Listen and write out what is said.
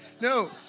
no